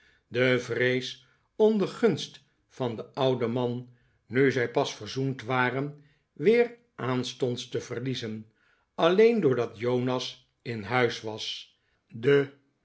de vrees om de gunst van den ouden man nu zij pas verzoend waren weer aanstonds te verliezen alleen doordat jonas in huis was de